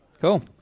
Cool